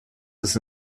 das